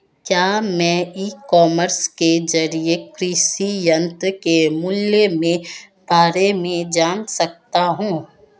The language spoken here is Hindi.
क्या मैं ई कॉमर्स के ज़रिए कृषि यंत्र के मूल्य में बारे में जान सकता हूँ?